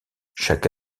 chaque